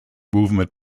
movement